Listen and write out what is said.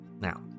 Now